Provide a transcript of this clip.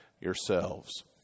yourselves